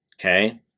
okay